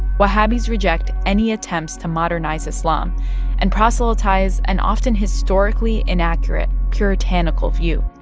wahhabis reject any attempts to modernize islam and proselytize an often historically inaccurate puritanical view.